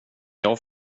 jag